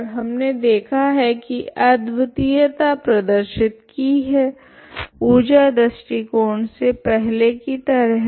ओर हमने देखा है की अद्वितीयता प्रदर्शित की है ऊर्जा दृष्टिकोण से पहले की तरह